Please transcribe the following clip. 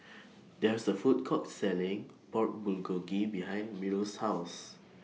There IS A Food Court Selling Pork Bulgogi behind Myrl's House